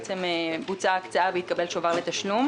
יש הקצאה מרמ"י והתקבל שובר לתשלום.